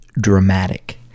dramatic